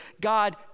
God